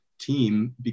team